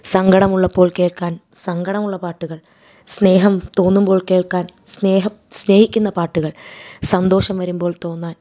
സങ്കടമുള്ളപ്പോൾ കേൾക്കാൻ സങ്കടമുള്ള പാട്ടുകൾ സ്നേഹം തോന്നുമ്പോൾ കേൾക്കാൻ സ്നേഹം സ്നേഹിക്കുന്ന പാട്ടുകൾ സന്തോഷം വരുമ്പോൾ തോന്നാൻ